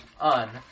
on